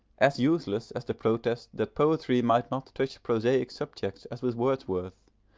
as useless as the protest that poetry might not touch prosaic subjects as with wordsworth,